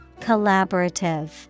Collaborative